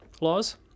Laws